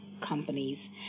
companies